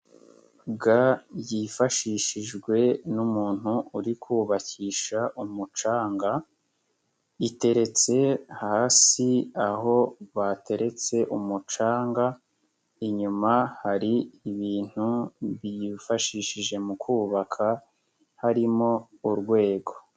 Ga yifashishijwe n'umuntu uri kubakisha umucanga, iteretse hasi aho bateretse umucanga, inyuma hari ibintu bifashishije mu kubaka, harimo urwego.